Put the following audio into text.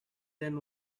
than